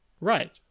Right